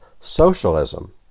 socialism